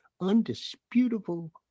undisputable